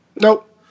Nope